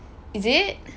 is it